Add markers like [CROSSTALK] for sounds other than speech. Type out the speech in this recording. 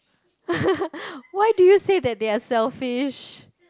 [LAUGHS] why do you say that they are selfish